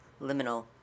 Liminal